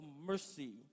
mercy